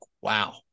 Wow